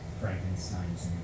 Frankenstein's